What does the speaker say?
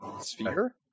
Sphere